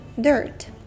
dirt